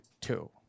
two